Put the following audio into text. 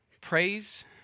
praise